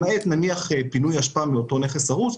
למעט פינוי אשפה מאותו נכס הרוס.